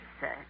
sir